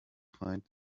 find